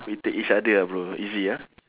we take each other ah bro easy ah